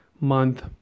month